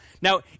Now